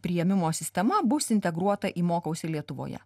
priėmimo sistema bus integruota į mokausi lietuvoje